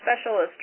specialist